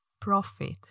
profit